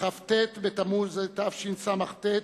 כ"ט בתמוז תשס"ט,